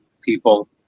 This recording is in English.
people